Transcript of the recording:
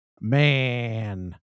Man